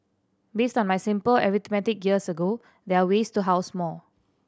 based on my simple arithmetic years ago there are ways to house more